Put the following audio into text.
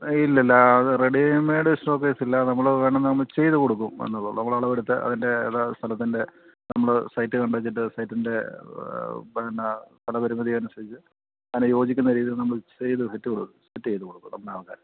ഇല്ലല്ല അത് റെഡിമേഡ് ഷോക്കേസില്ല നമ്മൾ വേണമെങ്കിൽ നമ്മൾ ചെയ്ത് കൊടുക്കും എന്നുള്ളൂ നമ്മൾ അളവെടുത്ത് അതിൻ്റെ സ്ഥലത്തിൻ്റെ നമ്മൾ സൈറ്റ് കണ്ടുവെച്ചിട്ട് സൈറ്റിൻ്റെ പിന്നെ സ്ഥലപ്പരിമിതിയനുസരിച്ച് അങ്ങനെ യോജിക്കുന്ന രീതിയിൽ നമ്മൾ ചെയ്ത് സെറ്റ് കൊടുക്കും സെറ്റ് ചെയ്ത് കൊടുക്കും നമ്മളെ ആൾക്കാരെ